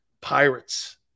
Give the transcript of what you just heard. Pirates